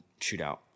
shootout